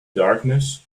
darkness